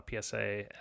PSA